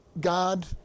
God